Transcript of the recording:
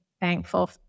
thankful